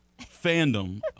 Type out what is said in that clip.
fandom